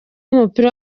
w’umupira